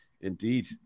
Indeed